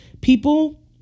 People